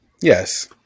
Yes